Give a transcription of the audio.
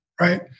right